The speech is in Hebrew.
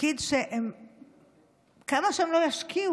תפקיד שכמה שהם לא ישקיעו,